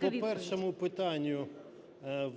По першому питанню.